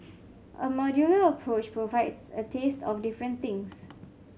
a modular approach provides a taste of different things